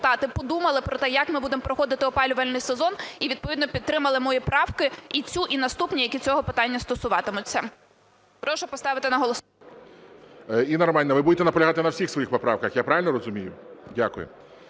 подумали про те, як ми будемо проходити опалювальний сезон, і відповідно підтримали мої правки – і цю, і наступні, які цього питання стосуватимуться. Прошу поставити на… ГОЛОВУЮЧИЙ. Інна Романівна, ви будете наполягати на всіх своїх поправках, я правильно розумію? Дякую.